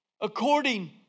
according